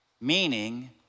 meaning